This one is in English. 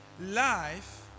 Life